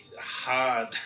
hard